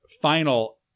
final